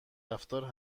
رفتار